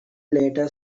later